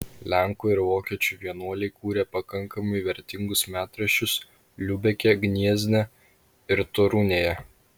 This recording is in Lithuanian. lenkų ir vokiečių vienuoliai kūrė pakankamai vertingus metraščius liubeke gniezne ir torunėje